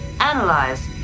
analyze